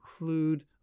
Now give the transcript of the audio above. include